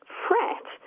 fret